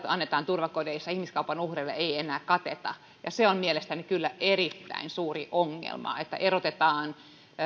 annetaan turvakodeissa ihmiskaupan uhreille ei enää kateta ja se on mielestäni kyllä erittäin suuri ongelma että erotetaan